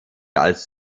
als